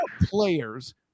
players